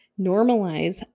Normalize